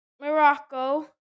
Morocco